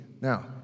Now